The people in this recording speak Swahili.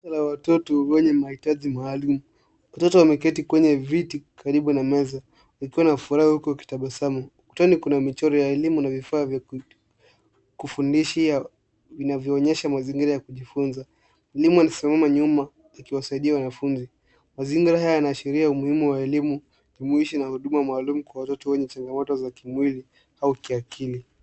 Hali ya watoto wakiwa darasani inaonyesha mazingira ya kujifunza. Watoto wameketi kwenye viti karibu na meza, uso wao umejaa furaha na tabasamu. Ukutani kuna michoro ya kielimu na vifaa vya kufundishia, vikionyesha mazingira ya kusomea. Mwalimu yupo nyuma akiwa anawasaidia wanafunzi. Mazingira haya yanaashiria umuhimu wa elimu katika maisha na huduma bora za kielimu kwa watoto, hususan wale wanaohitaji uangalizi wa karibu.